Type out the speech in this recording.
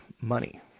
money